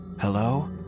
Hello